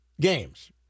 games